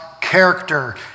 character